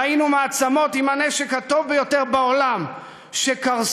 ראינו מעצמות עם הנשק הטוב ביותר בעולם שקרסו,